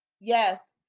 Yes